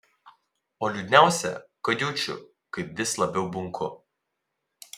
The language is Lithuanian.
o liūdniausia kad jaučiu kaip vis labiau bunku